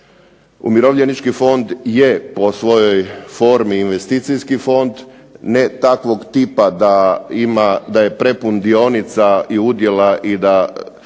Umirovljenički fond je po svojoj formi investicijski fond, ne takvog tipa da je prepun dionica i udjela i da